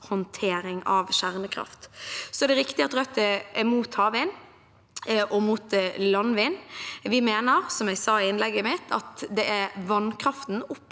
avfallshåndtering av kjernekraft. Så er det riktig at Rødt er mot havvind og mot landvind. Vi mener, som jeg sa i innlegget mitt, at det er vannkraften og